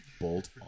bolt